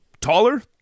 taller